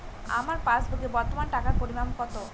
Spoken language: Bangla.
আমার পাসবুকে বর্তমান টাকার পরিমাণ কত?